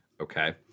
Okay